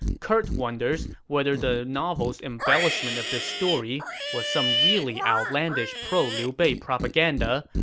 curt wonders whether the novel's embellishment of this story was some really outlandish pro-liu bei propaganda,